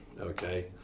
okay